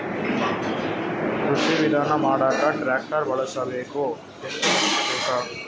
ಕೃಷಿ ವಿಧಾನ ಮಾಡಾಕ ಟ್ಟ್ರ್ಯಾಕ್ಟರ್ ಬಳಸಬೇಕ, ಎತ್ತು ಬಳಸಬೇಕ?